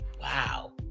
wow